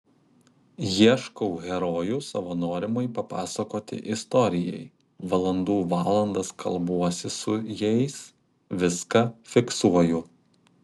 ieškau herojų savo norimai papasakoti istorijai valandų valandas kalbuosi su jais viską fiksuoju